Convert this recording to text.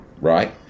Right